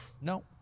no